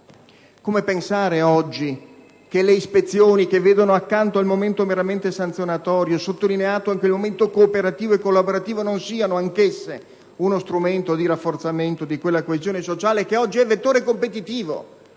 Come pensare oggi che le ispezioni, che accanto al momento meramente sanzionatorio vedono sottolineato anche il momento cooperativo e collaborativo, non siano anche esse uno strumento di rafforzamento di quella coesione sociale che oggi è vettore competitivo?